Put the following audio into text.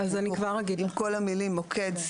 עם כל המילים: מוקד,